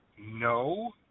No